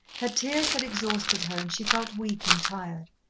her tears had exhausted her and she felt weak and tired.